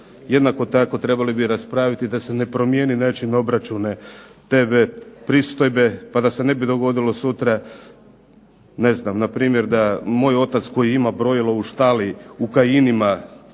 jednako tako trebali bi raspraviti da se ne promijeni način obračuna tv pristojbe, pa da se ne bi dogodilo sutra, ne znam npr. da moj otac koji ima brojilo u štali u kajinima